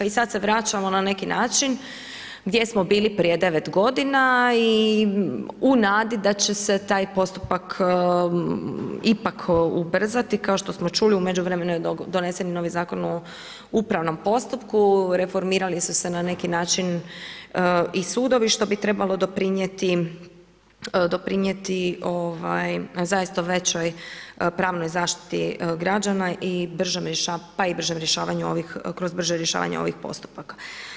I sada se vraćamo na neki način gdje smo bili prije devet godina i u nadi da će se taj postupak ipak ubrzati kao što smo čuli u međuvremenu je donesen i novi Zakon o upravnom postupku, reformirali su se na neki način i sudovi, što bi trebalo doprinijeti zaista većoj pravnoj zaštiti građana pa i bržem rješavanju kroz brže rješavanje ovih postupaka.